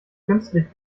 künstlich